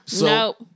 Nope